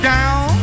Down